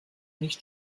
nicht